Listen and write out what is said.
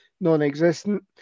non-existent